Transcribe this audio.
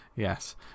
Yes